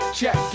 check